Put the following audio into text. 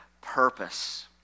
purpose